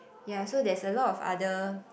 yeah so there's a lot of other